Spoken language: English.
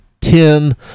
ten